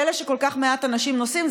פלא שכל כך מעט אנשים נוסעים?